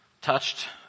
touched